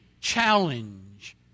challenge